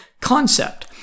concept